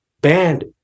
banned